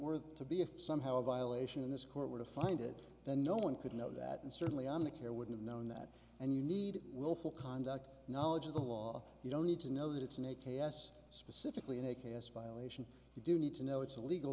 were to be if somehow a violation in this court were to find it then no one could know that and certainly i'm a care would have known that and you need willful conduct knowledge of the law you don't need to know that it's an a k s specifically in a case violation you do need to know it's a legal